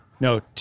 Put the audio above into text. No